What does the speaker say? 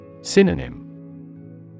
Synonym